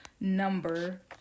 number